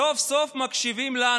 סוף-סוף מקשיבים לנו.